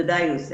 תודה, יוסף.